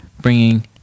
bringing